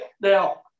Now